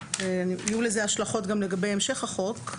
יהיו לזה השלכות גם לגבי המשך החוק.